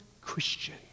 Christian